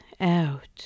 out